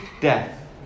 death